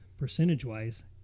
percentage-wise